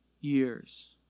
years